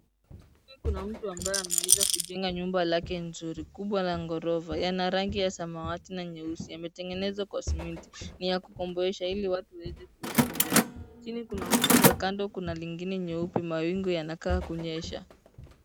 Chini Kuna mtu ambaye ameweza kujenga jengo lake zuri kubwa na la ghorofa. Yanarangi ya samawati na nyeusi. Yametengenezwa kwa sementi[cs ]. Ni ya kukomboisha ili watu waweze kuishi ndani. Chini kuna ukuta kando kuna lingine nyeupe mawingu yanakaa kunyesha. .